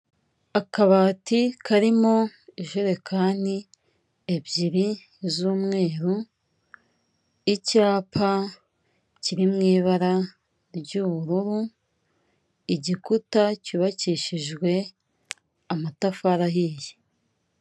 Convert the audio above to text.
Akabati karimo ijerekani ebyiri z'umweru, icyapa kiri mu ibara ry'ubururu, igikuta cyubakishijwe amatafari ahiye.